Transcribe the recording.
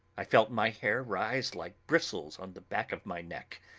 i felt my hair rise like bristles on the back of my neck,